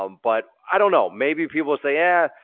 um but i don't know, maybe people will say, yeah,